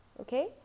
okay